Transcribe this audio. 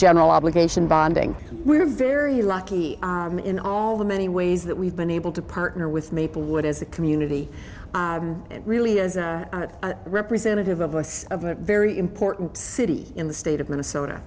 general obligation bonding we are very lucky in all the many ways that we've been able to partner with maple wood as a community and really as a representative of us of a very important city in the state of minnesota